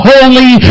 Holy